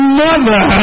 mother